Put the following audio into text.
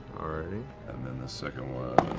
and then the second one